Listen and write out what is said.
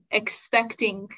expecting